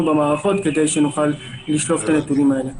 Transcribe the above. במערכות כדי שנוכל לשלוף את הנתונים האלה.